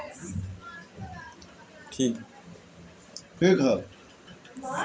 चाय के पैक करे के कंपनी बाड़ी सन